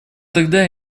тогда